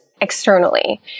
externally